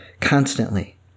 constantly